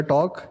Talk